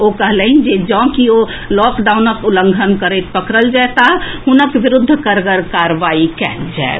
ओ कहलनि जे जे किओ लॉकडाउनक उल्लंघन करैत पकड़ल जएताह हुनक विरूद्ध कड़गर कार्रवाई कएल जाएत